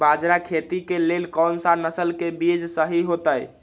बाजरा खेती के लेल कोन सा नसल के बीज सही होतइ?